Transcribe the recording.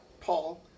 Paul